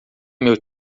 meu